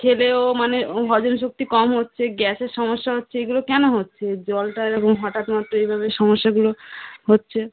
খেলেও মানে হজম শক্তি কম হচ্ছে গ্যাসের সমস্যা হচ্ছে এইগুলো কেন হচ্ছে জলটা এরকম হঠাৎ মাত্র এইভাবে সমস্যাগুলো হচ্ছে